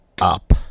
up